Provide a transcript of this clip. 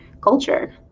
culture